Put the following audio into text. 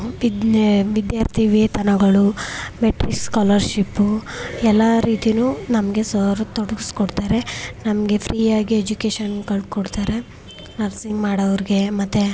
ವಿಜ್ಞೆ ವಿದ್ಯಾರ್ಥಿವೇತನಗಳು matrics scholarship ಎಲ್ಲ ರೀತಿಯೂ ನಮಗೆ ಸರು ತೊಡಗಿಸ್ಕೊಡ್ತಾರೆ ನಮಗೆ ಫ್ರೀಯಾಗಿ ಎಜುಕೇಷನ್ಗಳು ಕೊಡ್ತಾರೆ ನರ್ಸಿಂಗ್ ಮಾಡೋವ್ರ್ಗೆ ಮತ್ತು